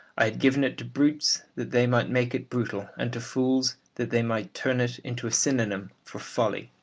i had given it to brutes that they might make it brutal, and to fools that they might turn it into a synonym for folly.